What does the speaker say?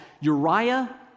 Uriah